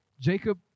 Jacob